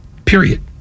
Period